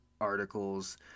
articles